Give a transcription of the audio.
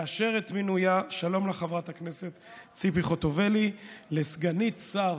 לאשר את מינוייה של חברת הכנסת ציפי חוטובלי לסגנית שר